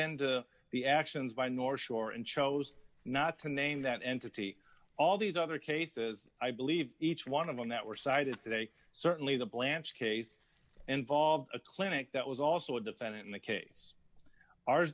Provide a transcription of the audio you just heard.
into the actions by north shore and chose not to name that entity all these other cases i believe each one of them that were cited today certainly the blanched case involved a clinic that was also a defendant in the case ours